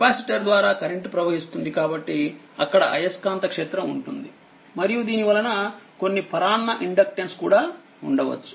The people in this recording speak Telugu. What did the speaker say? కెపాసిటర్ ద్వారా కరెంట్ ప్రవహిస్తుంది కాబట్టి అక్కడ అయస్కాంత క్షేత్రం ఉంటుంది మరియుదీని వలనకొన్ని పరాన్న ఇండక్టెన్స్ కూడా ఉండవచ్చు